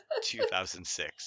2006